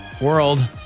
world